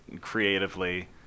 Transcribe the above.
creatively